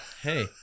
Hey